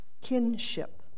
kinship